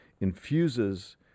infuses